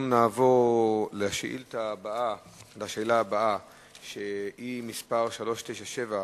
נעבור לשאילתא הבאה, מס' 397,